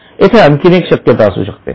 येथे आणखीन एक शक्यता असू शकते